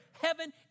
Heaven